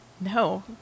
No